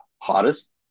hottest